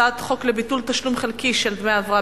הצעת חוק לביטול תשלום חלקי של דמי ההבראה